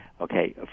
okay